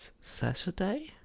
Saturday